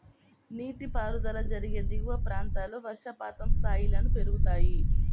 నీటిపారుదల జరిగే దిగువ ప్రాంతాల్లో వర్షపాతం స్థాయిలను పెరుగుతాయి